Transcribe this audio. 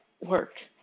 work